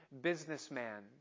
businessman